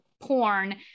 porn